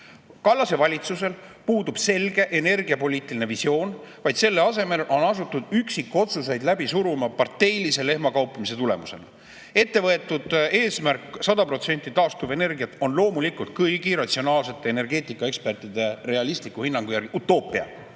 Kallase valitsusel puudub selge energiapoliitiline visioon. Selle asemel on asutud üksikotsuseid läbi suruma parteilise lehmakauplemise tulemusena. Ette võetud eesmärk 100% taastuvenergiat on loomulikult kõigi ratsionaalsete energeetikaekspertide realistliku hinnangu järgi utoopia,